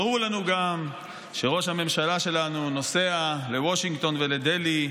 ברור לנו גם שראש הממשלה שלנו נוסע לוושינגטון ולדלהי,